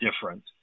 different